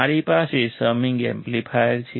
મારી પાસે summing amplifier છે